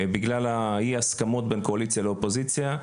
בגלל אי הסכמות בין קואליציה לאופוזיציה,